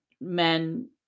men